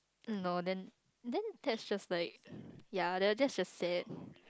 no then then that's just like ya they're just a set